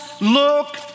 look